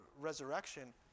resurrection